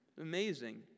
Amazing